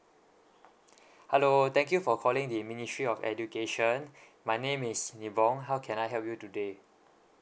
hello thank you for calling the ministry of education my name is nibong how can I help you today